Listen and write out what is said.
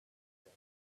them